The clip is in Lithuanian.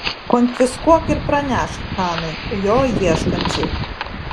konfiskuok ir pranešk hanai jo ieškančiai